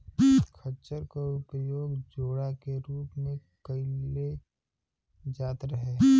खच्चर क उपयोग जोड़ा के रूप में कैईल जात रहे